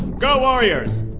go warriors